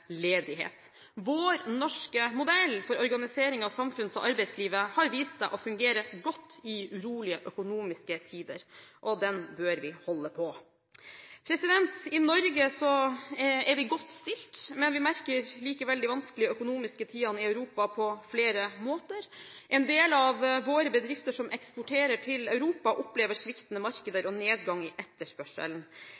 ledighet. Vår norske modell for organisering av samfunns- og arbeidslivet har vist seg å fungere godt i rolige økonomiske tider, og den bør vi holde på. I Norge er vi godt stilt, men vi merker likevel de vanskelige økonomiske tidene i Europa på flere måter. En del av våre bedrifter som eksporterer til Europa, opplever sviktende markeder